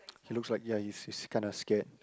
he looks like ya he's he's kinda scared